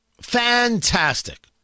fantastic